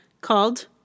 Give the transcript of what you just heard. called